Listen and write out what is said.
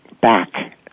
back